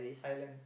Ireland